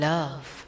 Love